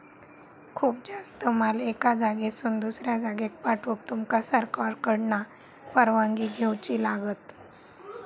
खूप जास्त माल एका जागेसून दुसऱ्या जागेक पाठवूक तुमका सरकारकडना परवानगी घेऊची लागात